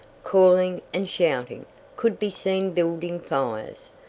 calling, and shouting could be seen building fires,